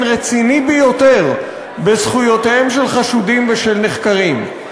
רציני ביותר בזכויותיהם של חשודים ושל נחקרים,